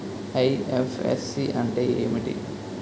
IFSC అంటే ఏమిటి?